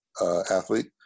athlete